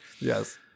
yes